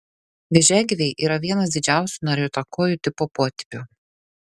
vėžiagyviai yra vienas didžiausių nariuotakojų tipo potipių